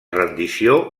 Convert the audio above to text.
rendició